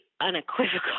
unequivocal